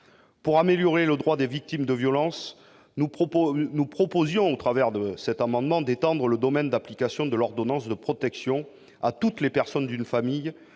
Pour améliorer les droits des victimes de violences, nous proposions au travers de notre amendement d'étendre le domaine d'application de l'ordonnance de protection à toutes les personnes d'une famille